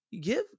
Give